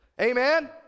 Amen